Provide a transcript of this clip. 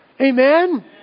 Amen